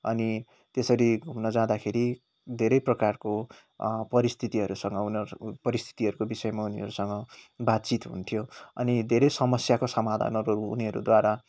अनि त्यसरी घुम्नजाँदाखेरि धेरै प्रकारको परिस्थितिहरूसँग उनीहरू परिस्थितिहरू विषयमा उनीहरूसँग बातचित हुन्थ्यो अनि धेरै समस्याको समाधानहरू उनीहरूद्वारा